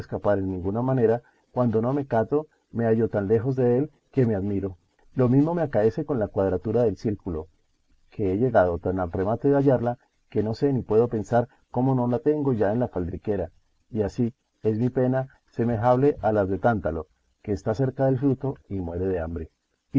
escapar en ninguna manera cuando no me cato me hallo tan lejos dél que me admiro lo mismo me acaece con la cuadratura del círculo que he llegado tan al remate de hallarla que no sé ni puedo pensar cómo no la tengo ya en la faldriquera y así es mi pena semejable a las de tántalo que está cerca del fruto y muere de hambre